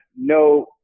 no